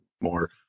more